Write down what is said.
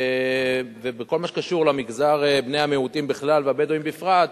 ובכל מה שקשור למגזר בני המיעוטים בכלל והבדואים בפרט,